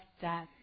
death